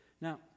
Now